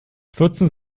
pfützen